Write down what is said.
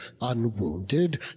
unwounded